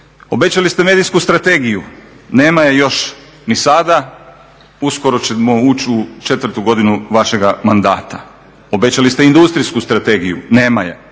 Obećali ste medijsku strategiju. Nema je još ni sada, uskoro ćemo ući u četvrtu godinu vašega mandata. Obećali ste industrijsku strategiju, nema je.